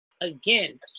Again